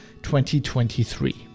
2023